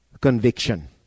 conviction